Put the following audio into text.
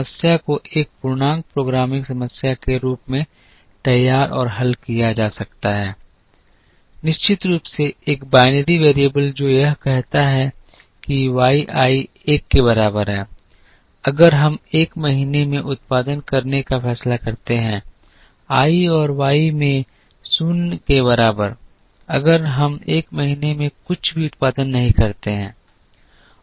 समस्या को एक पूर्णांक प्रोग्रामिंग समस्या के रूप में तैयार और हल किया जा सकता है निश्चित रूप से एक बाइनरी वैरिएबल जो यह कहता है कि y i एक के बराबर है अगर हम एक महीने में उत्पादन करने का फैसला करते हैं i और y मैं 0 के बराबर अगर हम एक महीने में कुछ भी उत्पादन नहीं करते हैं